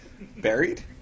Buried